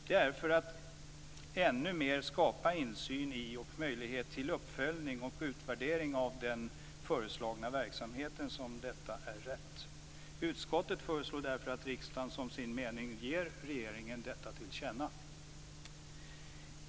Detta skall skapa mer insyn i och möjlighet till uppföljning och utvärdering av den föreslagna verksamheten. Utskottet föreslår därför att riksdagen som sin mening ger regeringen detta till känna.